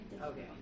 Okay